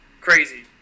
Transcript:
Crazy